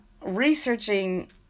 researching